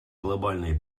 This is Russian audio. глобальной